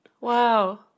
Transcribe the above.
Wow